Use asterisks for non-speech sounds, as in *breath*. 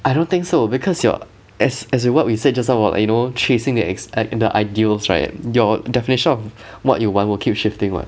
I don't think so because your as as what we said just now what like you know chasing their ex~ like the ideals right your definition of *breath* what you want will keep shifting [what]